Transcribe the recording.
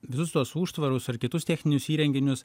visus tuos užtvarus ar kitus techninius įrenginius